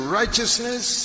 righteousness